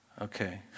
Okay